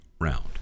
round